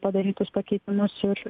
padarytus pakeitimus ir